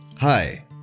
Hi